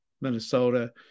Minnesota